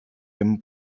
jim